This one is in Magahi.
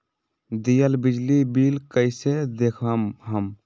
दियल बिजली बिल कइसे देखम हम?